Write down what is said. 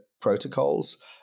protocols